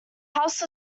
house